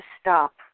stop